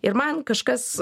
ir man kažkas